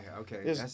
okay